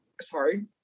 sorry